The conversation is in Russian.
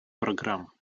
программ